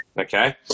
okay